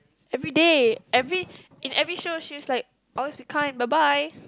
everyday every in every show she was like always be kind bye bye